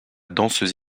danseuse